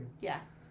Yes